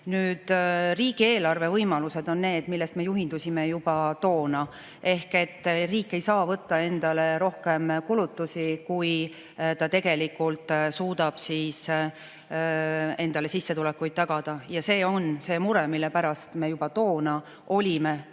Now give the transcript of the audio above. Riigieelarve võimalused on need, millest me juhindusime juba toona. Riik ei saa võtta endale rohkem kulutusi, kui ta tegelikult suudab endale sissetulekuid tagada. Ja see on see mure, mille pärast me juba toona olime